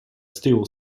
stor